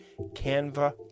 Canva